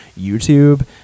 YouTube